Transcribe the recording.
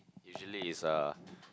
usually it's uh